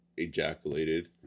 Ejaculated